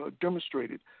demonstrated